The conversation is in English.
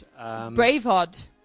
Braveheart